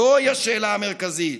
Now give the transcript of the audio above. זוהי השאלה המרכזית".